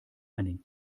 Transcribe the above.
einen